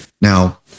Now